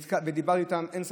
ודיברתי איתם, אין ספק.